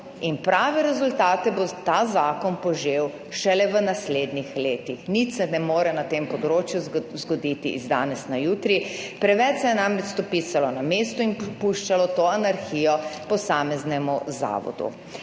prave rezultate bo ta zakon požel šele v naslednjih letih. Nič se ne more na tem področju zgoditi iz danes na jutri, preveč se je namreč stopicalo na mestu in puščalo to anarhijo posameznemu zavodu.